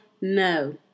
No